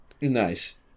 Nice